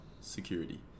security